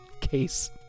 case